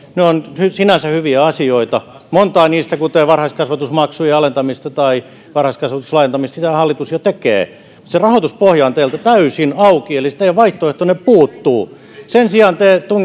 on sinänsä hyviä asioita montaa niistä kuten varhaiskasvatusmaksujen alentamista tai varhaiskasvatuksen laajentamista hallitus jo tekee se rahoituspohja on teillä täysin auki eli se teidän vaihtoehtonne puuttuu sen sijaan te